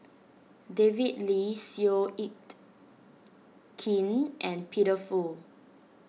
David Lee Seow Yit Kin and Peter Fu